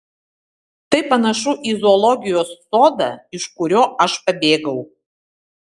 tai panašu į zoologijos sodą iš kurio aš pabėgau